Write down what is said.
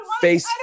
face